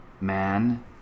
man